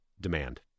demand